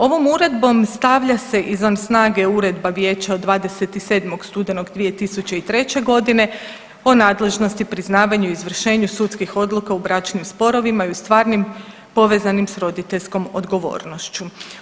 Ovom uredbom stavlja se izvan snage Uredba Vijeća od 27. studenog 2003. godine o nadležnosti, priznavanju i izvršenju sudskih odluka u bračnim sporovima i u stvarnim povezanim sa roditeljskom odgovornošću.